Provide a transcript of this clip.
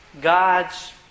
God's